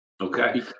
Okay